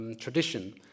tradition